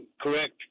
correct